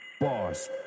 Boss